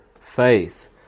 faith